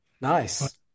Nice